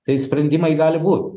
tai sprendimai gali būt